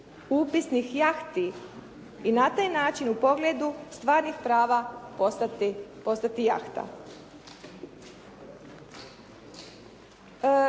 upisnik jahti i na taj način u pogledu stvarnih prava postati jahta.